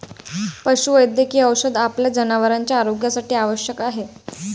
पशुवैद्यकीय औषध आपल्या जनावरांच्या आरोग्यासाठी आवश्यक आहे